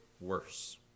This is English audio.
worse